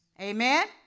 Amen